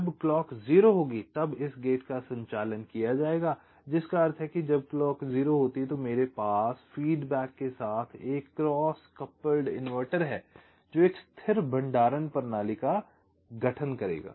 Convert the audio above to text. जब क्लॉक 0 होगी तब इस गेट का संचालन किया जाएगा जिसका अर्थ है कि जब क्लॉक 0 होती है तो मेरे पास फीडबैक के साथ एक क्रॉस युगल इन्वर्टर है जो एक स्थिर भंडारण प्रणाली का गठन करेगा